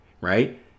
right